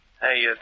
Hey